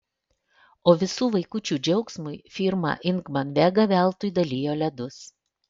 o visų vaikučių džiaugsmui firma ingman vega veltui dalijo ledus